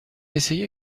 essayer